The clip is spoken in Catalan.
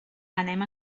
anem